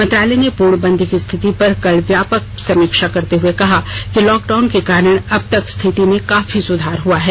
मंत्रालय ने पूर्णबंदी की स्थिति पर कल व्यापक समीक्षा करते हुए कहा कि लॉकडाउन के कारण अब तक स्थिति में काफी सुधार हुआ है